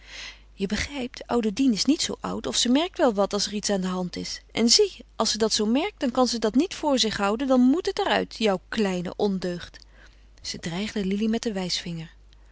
je begrijpt oude dien is niet zoo oud of ze merkt wel wat als er iets aan de hand is en zie als ze dat zoo merkt dan kan ze dat niet voor zich houden dan moet het er uit jou kleine ondeugd zij dreigde lili met den wijsvinger